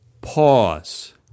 Pause